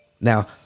now